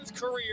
career